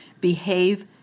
behave